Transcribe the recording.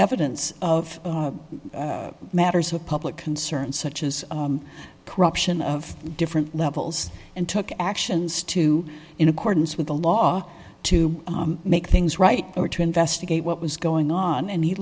evidence of matters of public concern such as corruption of different levels and took actions to in accordance with the law to make things right or to investigate what was going on and he